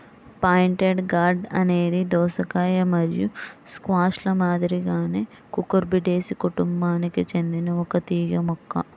pointed gourd అనేది దోసకాయ మరియు స్క్వాష్ల మాదిరిగానే కుకుర్బిటేసి కుటుంబానికి చెందిన ఒక తీగ మొక్క